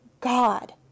God